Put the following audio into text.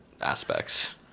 aspects